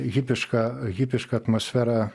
hipiška hipiška atmosfera